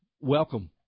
Welcome